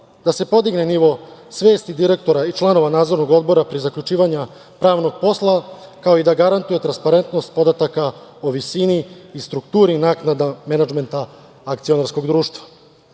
da se podigne nivo svesti direktora i članova nadzornog odbora pri zaključivanju pravnog posla, kao i da garantuje transparentnost podataka o visini i strukturi naknada menadžmenta akcionarskog društva.